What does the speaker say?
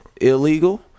illegal